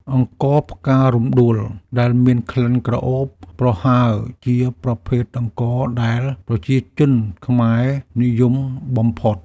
អង្ករផ្ការំដួលដែលមានក្លិនក្រអូបប្រហើរ ជាប្រភេទអង្ករដែលប្រជាជនខ្មែរនិយមបំផុត។